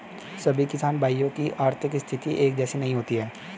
सभी किसान भाइयों की आर्थिक स्थिति एक जैसी नहीं होती है